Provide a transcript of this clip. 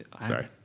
Sorry